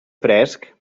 fresc